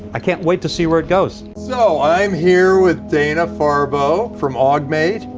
i can't wait to see where it goes. so, i'm here with dana farbo from augmate.